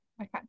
okay